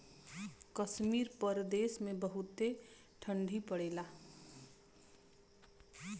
कश्मीर प्रदेस मे बहुते ठंडी पड़ेला